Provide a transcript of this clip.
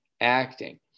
acting